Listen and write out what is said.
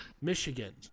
Michigan